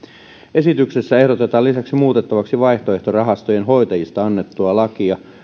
esityksessä ehdotetaan lisäksi muutettavaksi vaihtoehtorahastojen hoitajista annettua lakia